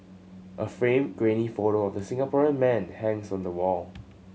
a framed grainy photo of the Singaporean man hangs on the wall